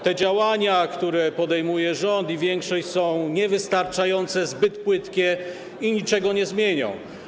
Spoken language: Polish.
Te działania, które podejmują rząd i większość, są niewystarczające, zbyt płytkie i niczego nie zmienią.